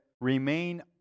remain